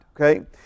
okay